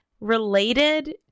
related